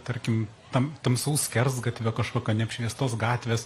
tarkim tam tamsaus skersgatvio kažkokio neapšviestos gatvės